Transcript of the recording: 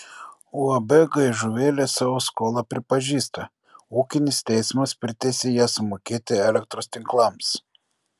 uab gaižuvėlė savo skolą pripažįsta ūkinis teismas priteisė ją sumokėti elektros tinklams